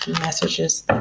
messages